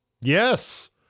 Yes